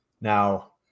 Now